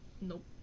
Nope